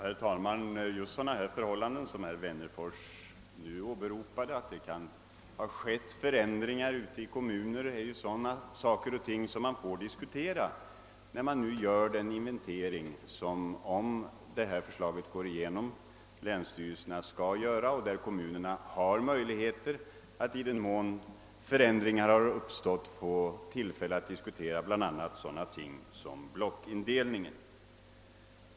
Herr talman! Just sådana förhållanden som herr Wennerfors nu åberopade — att det kan ha skett förändringar i kommunerna — är saker och ting som får diskuteras när länsstyrelserna gör den inventering som, om detta förslag går igenom, skall verkställas. Kommunerna har då möjligheter att i den mån förändringar har uppstått diskutera bl.a. blockindelningen.